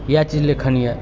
इएह चीज लेखन यऽ